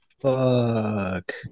Fuck